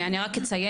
אני רק אציין,